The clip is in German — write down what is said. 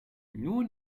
nur